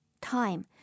Time